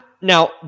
Now